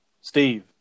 Steve